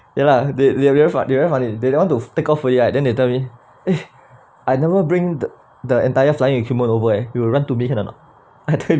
ya lah they they very fun~ they very funny they want to take off already right then they tell me eh I never bring the the entire flying equipment over eh you run to me can or not I tell him